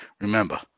remember